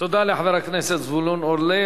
תודה לחבר הכנסת זבולון אורלב.